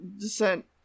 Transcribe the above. descent